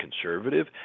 conservative